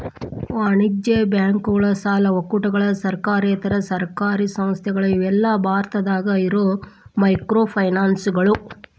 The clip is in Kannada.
ವಾಣಿಜ್ಯ ಬ್ಯಾಂಕುಗಳ ಸಾಲ ಒಕ್ಕೂಟಗಳ ಸರ್ಕಾರೇತರ ಸಹಕಾರಿ ಸಂಸ್ಥೆಗಳ ಇವೆಲ್ಲಾ ಭಾರತದಾಗ ಇರೋ ಮೈಕ್ರೋಫೈನಾನ್ಸ್ಗಳು